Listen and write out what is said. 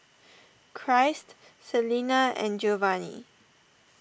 Christ Celena and Giovanny